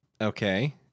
okay